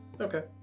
Okay